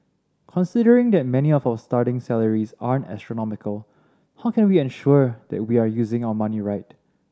considering that many of our starting salaries aren't astronomical how can we ensure that we are using our money right